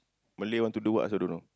Malay want to do what also don't know